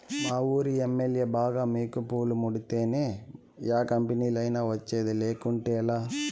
మావూరి MLA బాగా మికుపులు ముడితేనే యా కంపెనీలైనా వచ్చేది, లేకుంటేలా